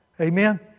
Amen